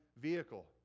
vehicle